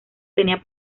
tenía